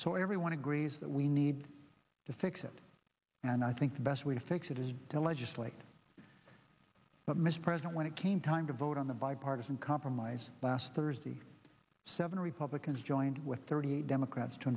so everyone agrees that we need to fix it and i think the best way to fix it is to legislate but mr president when it came time to vote on the bipartisan compromise last thursday seven republicans joined with thirty eight democrats to